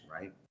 right